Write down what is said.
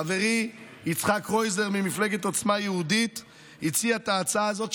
חברי יצחק קרויזר ממפלגת עוצמה יהודית הציע את ההצעה הזאת,